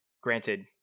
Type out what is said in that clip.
Granted